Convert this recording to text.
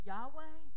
Yahweh